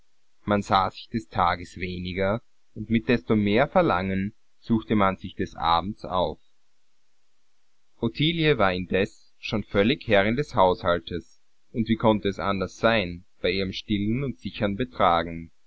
man sah sich des tages weniger und mit desto mehr verlangen suchte man sich des abends auf ottilie war indessen schon völlig herrin des haushaltes und wie konnte es anders sein bei ihrem stillen und sichern betragen